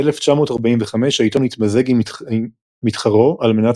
ב-1945 העיתון התמזג עם מתחרו על מנת